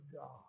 God